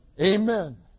Amen